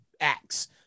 acts